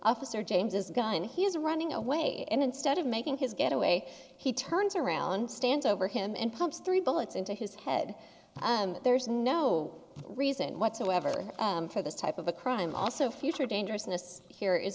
officer james as a gun he's running away and instead of making his getaway he turns around stands over him and pumps three bullets into his head there's no reason whatsoever for this type of a crime also future dangerousness here is